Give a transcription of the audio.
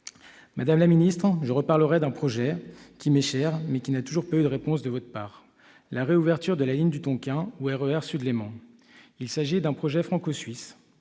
Madame la ministre, je reparlerai d'un projet qui m'est cher, mais qui n'a toujours pas eu de réponse de votre part : la réouverture de la ligne du Tonkin ou RER Sud-Léman. Il s'agit d'un projet franco-suisse.